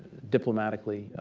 diplomatically,